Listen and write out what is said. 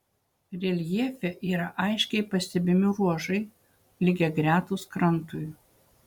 reljefe yra aiškiai pastebimi ruožai lygiagretūs krantui